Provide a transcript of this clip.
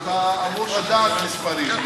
אתה אמור לדעת מספרים.